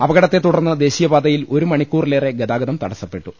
അപകടത്തെ തുടർന്ന് ദേശീയപാതയിൽ ഒരു മണിക്കൂറിലേറെ ഗതാഗതം തടസ്സപ്പെട്ടു